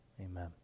Amen